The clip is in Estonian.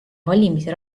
valimisi